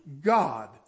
God